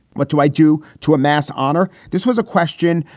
what do i do to a mass honor? this was a question.